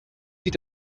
sich